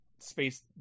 Space